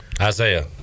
Isaiah